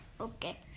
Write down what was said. Okay